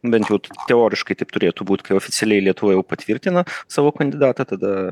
bent jau teoriškai taip turėtų būti kai oficialiai lietuva jau patvirtina savo kandidatą tada